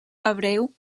hebreu